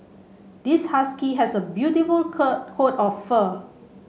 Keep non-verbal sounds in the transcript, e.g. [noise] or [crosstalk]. this husky has a beautiful [unintelligible] coat of fur